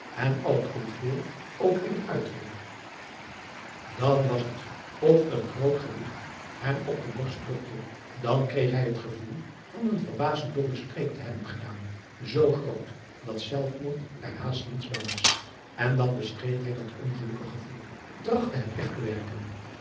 en al het comfort ook in het uiterlijk dan was het of een groot gewicht hem op de borst drukte dan kreeg hij het gevoel van een verbazend dommen streek te hebben gedaan z groot dat zelfmoord er haast niets bij was en dan bestreed hij dat ongelukkig gevoel trachtte het weg te werken